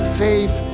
faith